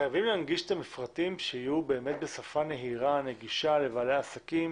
חייבים להנגיש את המפרטים שיהיו באמת בשפה נהירה ונגישה לבעלי עסקים,